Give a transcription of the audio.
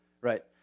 right